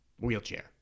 wheelchair